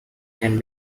can